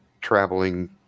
traveling